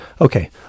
okay